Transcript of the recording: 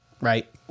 Right